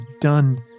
done